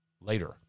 later